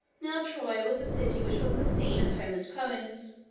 now troy was the city which was the scene of homer's poems